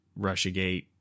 Russiagate